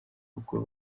ubwo